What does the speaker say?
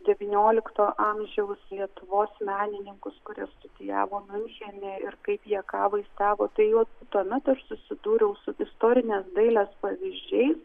devyniolikto amžiaus lietuvos menininkus kurie studijavo miunchene ir kaip jie ką vaizdavo tai jau tuomet aš susidūriau su istorinės dailės pavyzdžiais